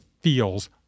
feels